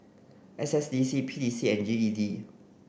S S D C P E C and G E D